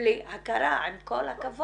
בלי הכרה, עם כל הכבוד.